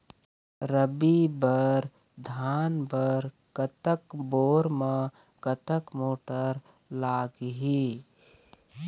रबी बर धान बर कतक बोर म कतक मोटर लागिही?